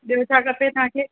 ॿियो छा खपे तव्हांखे